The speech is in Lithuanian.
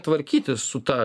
tvarkytis su ta